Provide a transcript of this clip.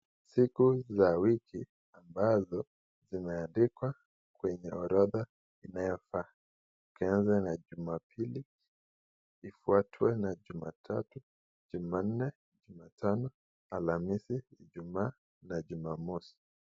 Siku za wiki ambazo zimeandikwa inayofaa ikianza na jumapilii ikifuatwa na jumatatu, jumanne, alhamisi, ijumaa na jumamosi